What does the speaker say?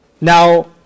Now